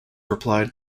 replied